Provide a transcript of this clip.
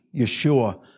Yeshua